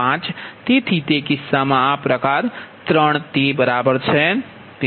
તેથી તે કિસ્સામાં આ પ્રકાર 3 છે બરાબર